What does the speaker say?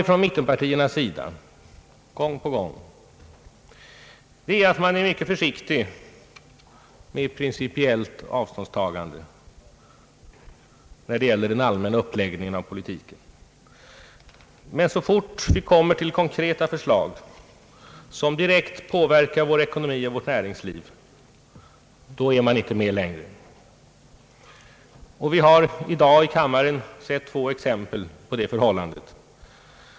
Från mittenpartiernas sida är man mycket försiktig — det har framkommit gång på gång — med principiellt avståndstagande när det gäller den allmänna uppläggningen av politiken, men så fort det gäller konkreta förslag, som direkt påverkar vår ekonomi och vårt näringsliv, då är man inte med längre. Vi har i dag i kammaren sett två exempel på det förhållandet.